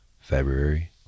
February